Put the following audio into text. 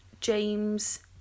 James